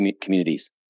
communities